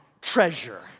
treasure